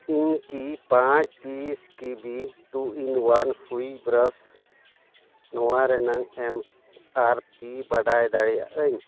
ᱤᱧ ᱠᱤ ᱯᱟᱸᱪ ᱯᱤᱥ ᱠᱤᱵᱤ ᱴᱩ ᱤᱱ ᱚᱭᱟᱱ ᱥᱩᱭᱤ ᱵᱨᱟᱥ ᱱᱚᱣᱟ ᱨᱮᱱᱟᱜ ᱮᱢ ᱟᱨ ᱯᱤ ᱵᱟᱰᱟᱭ ᱫᱟᱲᱮᱭᱟᱜᱼᱟᱹᱧ